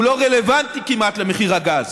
הוא לא רלוונטי כמעט למחיר הגז.